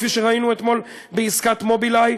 כפי שראינו אתמול בעסקת "מובילאיי"